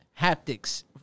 haptics